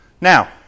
Now